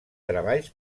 treballs